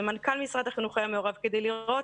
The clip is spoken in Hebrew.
ומנכ"ל משרד החינוך היה מעורב כדי לראות